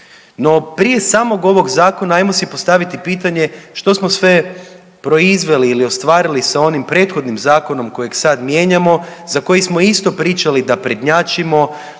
No prije samog ovog zakona ajmo si postavit pitanje što smo sve proizveli ili ostvarili sa onim prethodim zakonom kojeg sad mijenjamo, za koji smo isto pričali da prednjačimo,